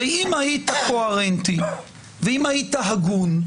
הרי אם היית קוהרנטי, ואם היית הגון,